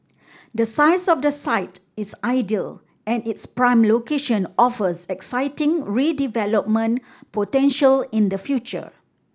the size of the site is ideal and its prime location offers exciting redevelopment potential in the future